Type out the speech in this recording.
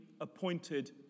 appointed